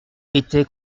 était